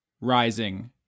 rising